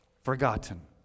forgotten